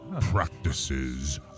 practices